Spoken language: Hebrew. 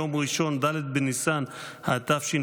יום ראשון ד' בניסן התשפ"ג,